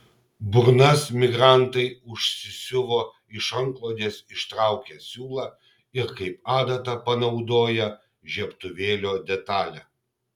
burnas migrantai užsisiuvo iš antklodės ištraukę siūlą ir kaip adatą panaudoję žiebtuvėlio detalę